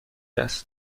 است